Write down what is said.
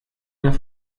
der